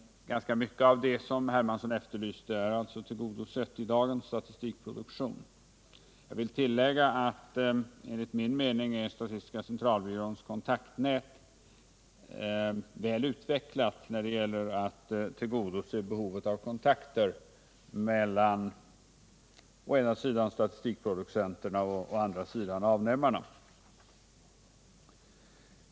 Ganska mycket av det som herr Hermansson efterlyste är alltså tillgodosett i dagens statistikproduktion. Jag vill tillägga att enligt min mening är statistiska centralbyråns kontaktnät väl utvecklat när det gäller att tillgodose behovet av kontakter mellan å ena sidan statistikproducenterna och å andra sidan avnämarna.